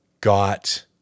got